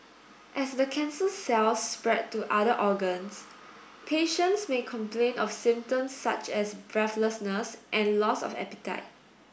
as the cancer cells spread to other organs patients may complain of symptoms such as breathlessness and loss of appetite